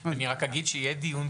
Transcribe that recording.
יהיה דיון,